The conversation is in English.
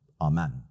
amen